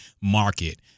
market